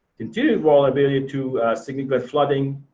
continued vulnerability to significant flooding.